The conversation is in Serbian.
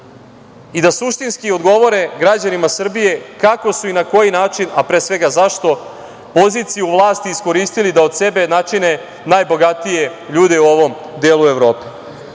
i da suštinski govore građanima Srbije kako su i na koji način, a pre svega zašto poziciju vlasti iskoristili da od sebe načine najbogatije ljude u ovom delu Evrope. Uveren